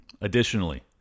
Additionally